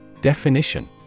Definition